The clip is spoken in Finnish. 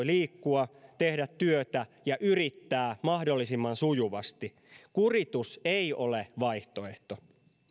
liikkua tehdä työtä ja yrittää mahdollisimman sujuvasti kuritus ei ole vaihtoehto